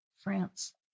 France